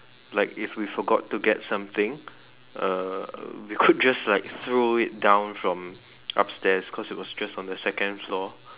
like if we forgot to get something uh we could just like throw it down from upstairs because it was just from the second floor